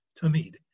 tamid